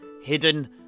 hidden